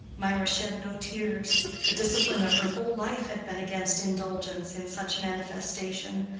mirah shed no tears the discipline of her whole life had been against indulgence in such manifestation,